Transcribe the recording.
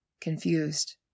confused